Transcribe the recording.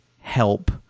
help